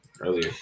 earlier